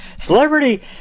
celebrity